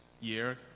year